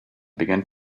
began